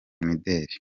imideli